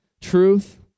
truth